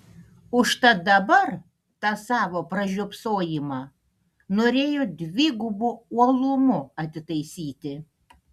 užtat dabar tą savo pražiopsojimą norėjo dvigubu uolumu atitaisyti